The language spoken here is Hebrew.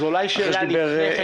אז אולי שאלה לפני כן?